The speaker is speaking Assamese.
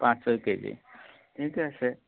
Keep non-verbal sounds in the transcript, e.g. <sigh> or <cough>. পাঁচ ছয় কেজি <unintelligible> আছে